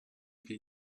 wir